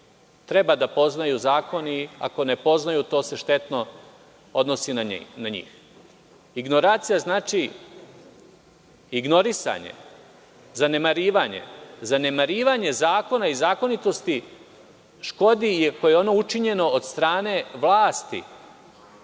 treba da poznaju zakon i ako ne poznaju, to se štetno odnosi na njih. Ignoracija znači ignorisanje, zanemarivanje, zanemarivanje zakona i zakonitosti škodi i ako je ono učinjeno od strane vlasti,